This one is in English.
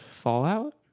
Fallout